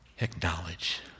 Acknowledge